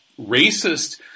racist